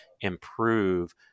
improve